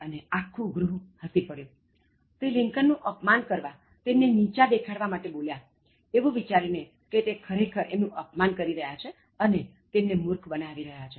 અને આખું ગૃહ હસી પડયું તે લિંકન નું અપમાન કરવા તેમને નીચા દેખાડવા માટે બોલ્યા એવું વિચારીને કે તે ખરેખર એમનું અપમાન કરી રહ્યાં છે અને તેમને મૂર્ખ બનાવી રહ્યા છે